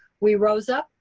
we rose up,